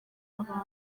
abantu